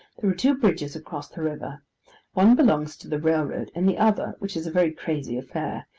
there are two bridges across the river one belongs to the railroad, and the other, which is a very crazy affair,